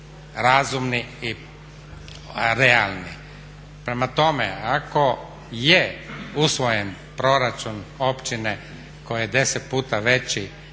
razumni i realni. Prema tome, ako je usvojen proračun općine koji je 10 puta veći